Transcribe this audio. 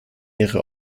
ihre